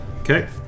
Okay